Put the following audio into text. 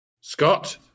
Scott